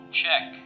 check